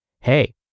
hey